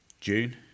June